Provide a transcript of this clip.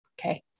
Okay